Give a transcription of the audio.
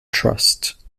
trust